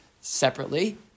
separately